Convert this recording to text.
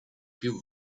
più